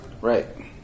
Right